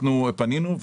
אנחנו פנינו,